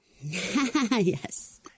Yes